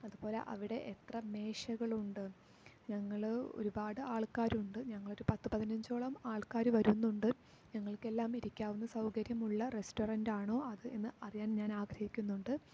അതുപോലെ അവിടെ എത്ര മേശകളുണ്ട് ഞങ്ങൾ ഒരുപാട് ആൾക്കാരുണ്ട് ഞങ്ങളൊരു പത്ത് പതിനഞ്ചോളാം ആൾക്കാർ വരുന്നുണ്ട് ഞങ്ങൾക്കെല്ലാം ഇരിക്കാവുന്ന സൗകര്യമുള്ള റെസ്റ്റോറൻറ്റാണോ അത് എന്ന് അറിയാൻ ഞാൻ ആഗ്രഹിക്കുന്നുണ്ട്